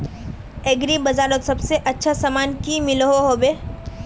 Agri बजारोत सबसे अच्छा सामान की मिलोहो होबे?